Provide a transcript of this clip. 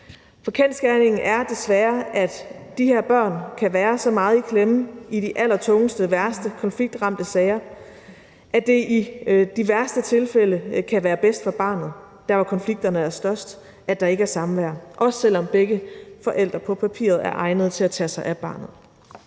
for kendsgerningen er desværre, at de her børn kan være så meget i klemme i de allertungeste og værste konfliktramte sager, at det i de værste tilfælde kan være bedst for barnet der, hvor konflikterne er størst, at der ikke er samvær, også selv om begge forældre på papiret er egnede til at tage sig af barnet.